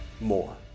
more